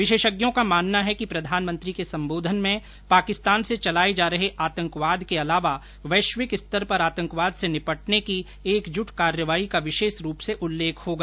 विशेषज्ञों का मानना है कि प्रधानमंत्री के संबोधन में पाकिस्तान से चलाए जा रहे आतंकवाद के अलावा वैश्विक स्तर पर आतंकवाद से निपटने की एकजुट कार्रवाई का विशेष रूप से उल्लेख होगा